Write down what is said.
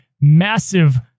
massive